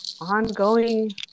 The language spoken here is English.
ongoing